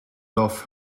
laugh